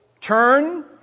turn